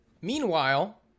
Meanwhile